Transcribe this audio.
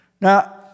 Now